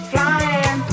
Flying